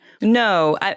No